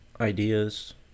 ideas